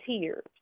tears